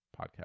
podcast